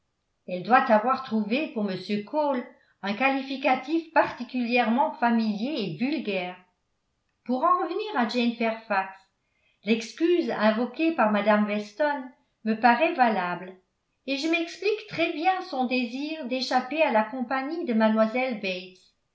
elle doit avoir trouvé pour m cole un qualificatif particulièrement familier et vulgaire pour en revenir à jane fairfax l'excuse invoquée par mme weston me paraît valable et je m'explique très bien son désir d'échapper à la compagnie de